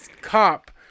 cop